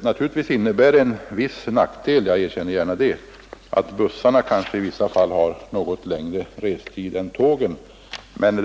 Naturligtvis innebär det en viss nackdel — jag erkänner gärna det — att bussarna ibland har något längre restid än tågen, men